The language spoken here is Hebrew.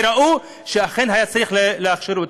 כי ראו שאכן היה צריך להכשיר אותם.